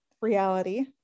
reality